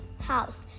house